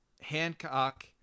Hancock